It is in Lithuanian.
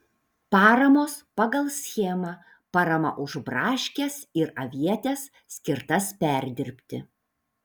paramos pagal schemą parama už braškes ir avietes skirtas perdirbti